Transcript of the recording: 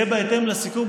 זה בהתאם לסיכום.